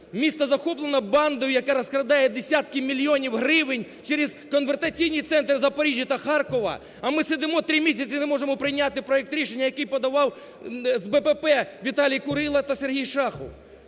місто захоплено бандою, яка розкрадає десятки мільйонів гривень через конвертаційні центри Запоріжжя та Харкова. А ми сидимо три місяці і не можемо прийняти проект рішення, який подавав з "БПП" Віталій Курило та Сергій Шахов.